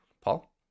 Paul